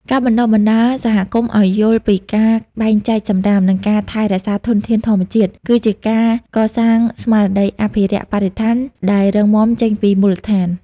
ការបណ្ដុះបណ្ដាលសហគមន៍ឱ្យយល់ពីការបែងចែកសម្រាម និងការថែរក្សាធនធានធម្មជាតិ គឺជាការកសាងស្មារតីអភិរក្សបរិស្ថានដែលរឹងមាំចេញពីមូលដ្ឋាន។